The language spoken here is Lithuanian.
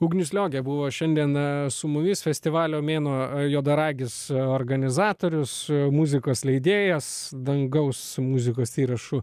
ugnius liogė buvo šiandien su mumis festivalio mėnuo juodaragis organizatorius muzikos leidėjas dangaus muzikos įrašų